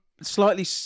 Slightly